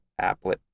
applet